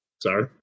sorry